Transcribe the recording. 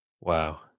wow